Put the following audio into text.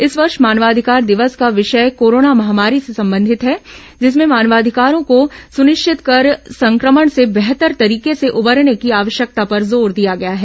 इस वर्ष मानवाधिकार दिवस का विषय कोरोना महामारी से संबंधित है जिसमें मानवाधिकारों को सुनिश्चित कर संक्रमण से बेहतर तरीके से उबरने की आवश्यकता पर जोर दिया गया है